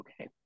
okay